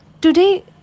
Today